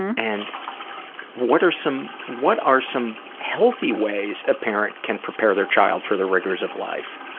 and what are some what are some healthy ways a parent can prepare their child for the rigors of life,